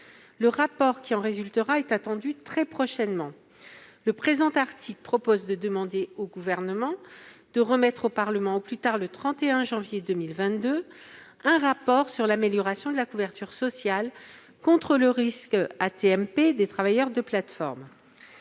Son rapport est attendu très prochainement. L'article 50 a pour objet de demander au Gouvernement de remettre au Parlement, au plus tard le 31 janvier 2022, un rapport sur l'amélioration de la couverture sociale contre le risque AT-MP des travailleurs de plateformes.